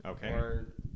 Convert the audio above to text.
Okay